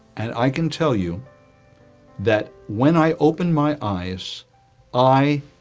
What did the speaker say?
and i can tell you that when i open, my, eyes i